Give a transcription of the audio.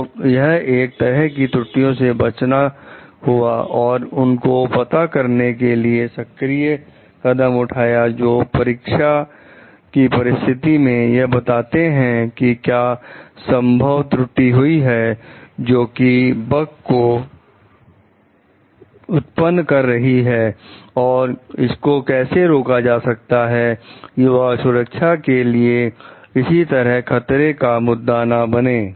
तो यह एक तरह से त्रुटियों से बचना हुआ और उनको पता करने के लिए सक्रिय कदम उठाए जो परीक्षा की परिस्थिति में यह बताते हैं कि क्या संभव त्रुटि हुई है जोकि बग को उत्पन्न कर रही है और इसको कैसे रोका जाए कि वह सुरक्षा के लिए किसी तरह खतरे का मुद्दा ना बने